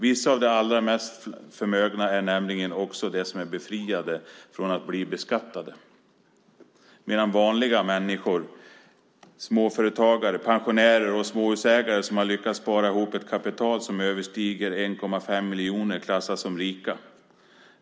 Vissa av de allra mest förmögna är nämligen också de som är befriade från att bli beskattade, medan "vanliga" människor - småföretagare, pensionärer, småhusägare och andra som har lyckats spara ihop ett kapital som överstiger 1,5 miljoner kronor - klassas som rika.